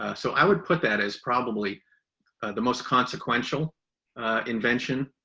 so, i would put that as probably the most consequential invention.